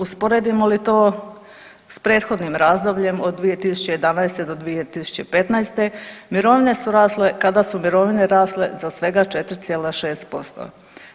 Usporedimo li to s prethodnim razdobljem od 2011. do 2015. mirovine su rasle kada su mirovine rasle za svega 4,6%